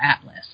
atlas